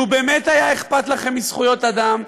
לו באמת היה אכפת לכם מזכויות אדם,